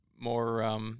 more, –